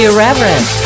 Irreverent